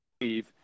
leave